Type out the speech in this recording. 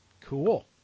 Cool